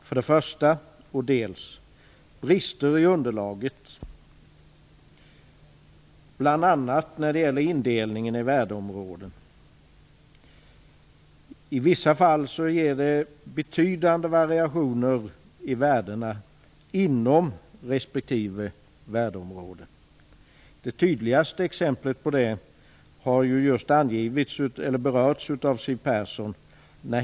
För det första kommer det att finnas brister i underlaget, bl.a. när det gäller indelningen i värdeområden. I vissa fall är det betydande variationer i värdena inom respektive värdeområde. Det tydligaste exemplet på det har just berörts av Siw Persson.